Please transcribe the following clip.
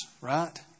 right